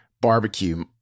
barbecue